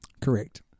Correct